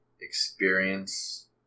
experience